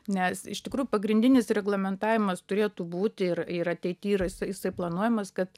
nes iš tikrųjų pagrindinis reglamentavimas turėtų būti ir ir ateity ir jis jis planuojamas kad